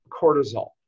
cortisol